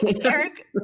Eric